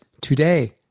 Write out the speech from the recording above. today